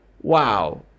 wow